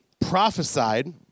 prophesied